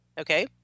Okay